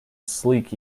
sleek